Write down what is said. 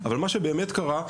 אבל מה שבאמת קרה,